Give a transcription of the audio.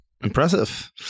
impressive